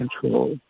control